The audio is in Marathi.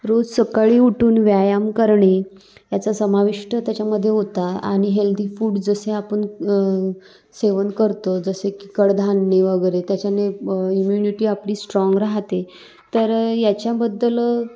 रोज सकाळी उठून व्यायाम करणे याचा समाविष्ट त्याच्यामध्ये होता आणि हेल्दी फूड जसे आपण सेवन करतो जसे की कडधान्ये वगैरे त्याच्याने इम्युनिटी आपली स्ट्राँग राहते तर याच्याबद्दल